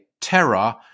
Terror